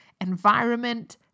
environment